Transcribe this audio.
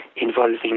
involving